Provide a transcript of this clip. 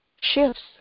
shifts